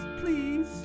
please